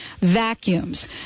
vacuums